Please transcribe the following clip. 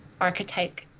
archetype